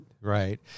right